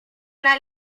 una